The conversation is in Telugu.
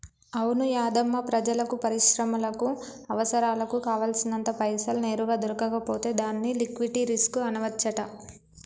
అవును యాధమ్మా ప్రజలకు పరిశ్రమలకు అవసరాలకు కావాల్సినంత పైసలు నేరుగా దొరకకపోతే దాన్ని లిక్విటీ రిస్క్ అనవచ్చంట